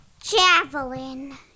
javelin